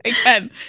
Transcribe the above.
again